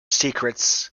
secrets